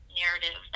narrative